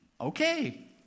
okay